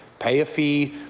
pay a fee,